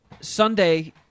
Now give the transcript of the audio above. Sunday